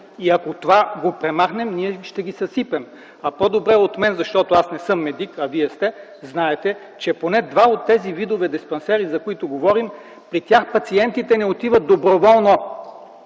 И ако това го премахнем ние ще ги съсипем. А по-добре от мен, защото аз не съм медик, а Вие сте, знаете, че поне два от тези вида диспансери, за които говорим, при тях пациентите не отиват доброволно.